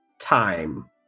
time